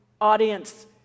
audience